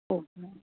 okay